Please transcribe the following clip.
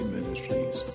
Ministries